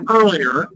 earlier